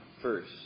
first